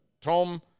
Tom